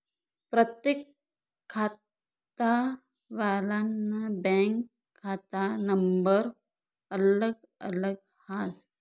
परतेक खातावालानं बँकनं खाता नंबर अलग अलग हास